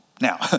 Now